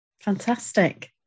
fantastic